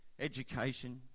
education